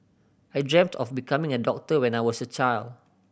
I dreamt of becoming a doctor when I was a child